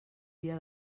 dia